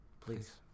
Please